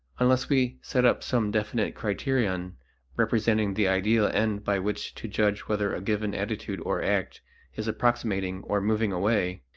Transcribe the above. unless we set up some definite criterion representing the ideal end by which to judge whether a given attitude or act is approximating or moving away,